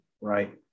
right